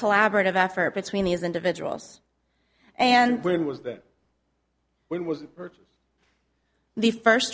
collaborative effort between these individuals and when was that was the first